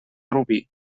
rubí